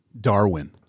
Darwin